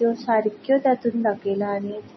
त्यो सारक्यो तातूंत दाखयल्या आनी